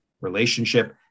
relationship